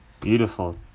Beautiful